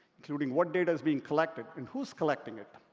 including what data is being collected and who's collecting it.